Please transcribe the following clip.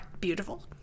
beautiful